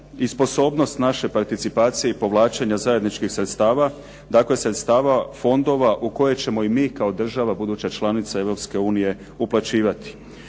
i sposobnost naše participacije i povlačenja zajedničkih sredstava, dakle sredstava fondova u koje ćemo i mi kao država buduća članica Europske